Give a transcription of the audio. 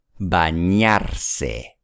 Bañarse